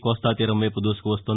కోస్తాతీరంవైపు దూసుకు వస్తూ